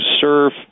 serve